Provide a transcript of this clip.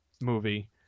movie